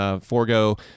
Forgo